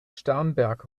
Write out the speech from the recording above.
starnberg